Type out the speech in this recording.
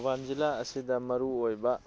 ꯊꯧꯕꯥꯂ ꯖꯤꯜꯂꯥ ꯑꯁꯤꯗ ꯃꯔꯨ ꯑꯣꯏꯕ